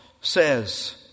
says